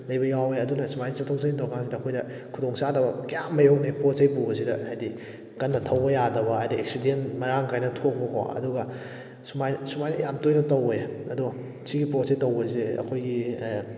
ꯂꯩꯕ ꯌꯥꯎꯏ ꯑꯗꯨꯅ ꯁꯨꯃꯥꯏꯅ ꯆꯠꯊꯣꯛ ꯆꯠꯁꯤꯟ ꯇꯧꯔ ꯀꯥꯟꯁꯤꯗ ꯑꯩꯈꯣꯏꯗ ꯈꯨꯗꯣꯡ ꯆꯥꯗꯕ ꯀꯌꯥꯝ ꯃꯥꯏꯌꯣꯛꯅꯩ ꯄꯣꯠ ꯆꯩ ꯄꯨꯕꯁꯤꯗ ꯍꯥꯏꯕꯗꯤ ꯀꯟꯅ ꯊꯧꯕ ꯌꯥꯗꯕ ꯍꯥꯏꯕꯗꯤ ꯑꯦꯛꯁꯤꯗꯦꯟ ꯃꯔꯥꯡ ꯀꯥꯏꯅ ꯊꯣꯛꯄꯀꯣ ꯑꯗꯨꯒ ꯁꯨꯃꯥꯏꯅ ꯌꯥꯝ ꯇꯣꯏꯅ ꯇꯧꯏ ꯑꯗꯣ ꯁꯤꯒꯤ ꯄꯣꯠꯁꯦ ꯇꯧꯕꯁꯦ ꯑꯩꯈꯣꯏꯒꯤ